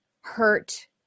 hurt